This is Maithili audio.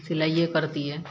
सिलाइये करतियै